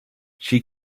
she